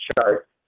chart